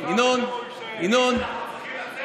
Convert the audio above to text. קיש, אנחנו צריכים לצאת?